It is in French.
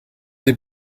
des